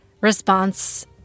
response